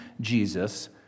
Jesus